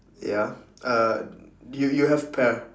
ya uh do you you have pear